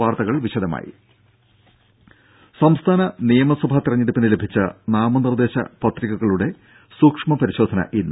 വാർത്തകൾ വിശദമായി സംസ്ഥാന നിയമസഭാ തെരഞ്ഞെടുപ്പിന് ലഭിച്ച നാമനിർദേശ പത്രികകളുടെ സൂക്ഷ്മ പരിശോധന ഇന്ന്